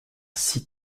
six